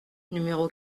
numéro